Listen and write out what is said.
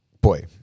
boy